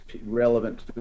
relevant